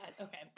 Okay